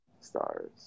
stars